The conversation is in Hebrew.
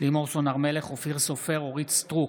לימור סון הר מלך, אופיר סופר, אורית מלכה סטרוק.